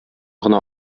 гына